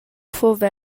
fuva